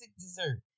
dessert